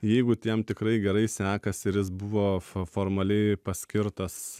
jeigu jam tikrai gerai sekasi ir jis buvo fa formaliai paskirtas